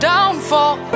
downfall